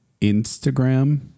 Instagram